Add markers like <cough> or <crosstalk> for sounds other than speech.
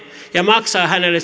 ja maksaa hänelle <unintelligible>